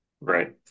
right